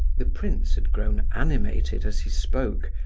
the prince had grown animated as he spoke,